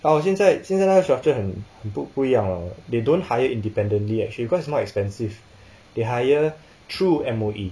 ah 我现在现在那个 structure 不一样 lah they don't hire independently actually cause it's more expensive they hire through M_O_E